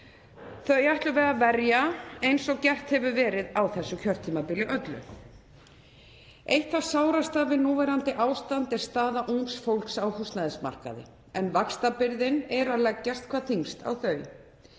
Þau ætlum við að verja eins og gert hefur verið á þessu kjörtímabili öllu. Eitt það sárasta við núverandi ástand er staða ungs fólks á húsnæðismarkaði en vaxtabyrðin leggst hvað þyngst á þau.